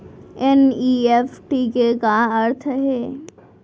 NEFT के का अर्थ है?